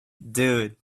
dude